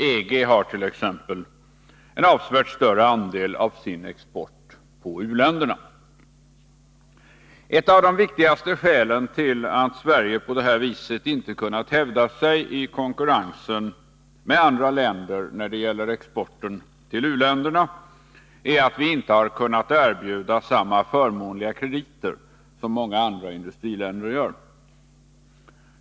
EG hart.ex. en avsevärt större andel av sin export på u-länderna. Ett av de viktigaste skälen till att Sverige inte kunnat hävda sig i konkurrensen med andra länder när det gäller exporten till u-länderna är att vi inte har kunnat erbjuda samma förmånliga krediter som många andra industriländer.